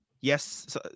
yes